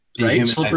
right